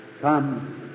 Come